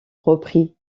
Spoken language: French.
reprit